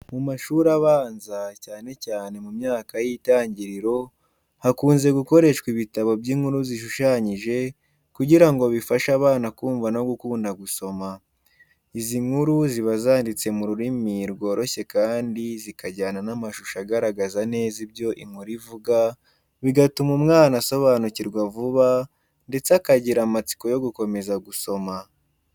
Mu mashuri abanza, cyane cyane mu myaka y’itangiriro, hakunze gukoreshwa ibitabo by’inkuru zishushanyije kugira ngo bifashe abana kumva no gukunda gusoma. Izi nkuru ziba zanditse mu rurimi rworoshye kandi zikajyana n’amashusho agaragaza neza ibyo inkuru ivuga, bigatuma umwana asobanukirwa vuba ndetse akagira amatsiko yo gukomeza gusoma.